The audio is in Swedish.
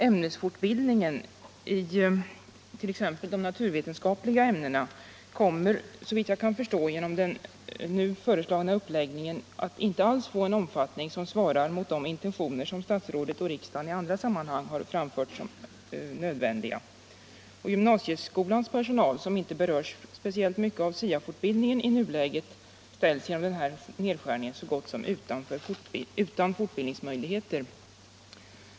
Ämnesfortbildningen i t.ex. de naturvetenskapliga ämnena kommer såvilt jag kan förstå genom den föreslagna uppläggningen inte alls att få en omfattning som svarar mot de intentioner som statsrådet och riksdagen i andra sammanhang har framfört som nödvändiga. Gymnasieskolans personal, som inte berörs speciellt mycket av SIA-fortbildningen i nuläget, ställs genom nedskärningen så gott som utan fortbildningsmöjligheter.